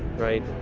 right,